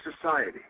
society